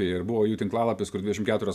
ir buvo jų tinklalapis kur dvidešim keturias